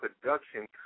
production